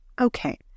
Okay